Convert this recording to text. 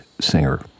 singer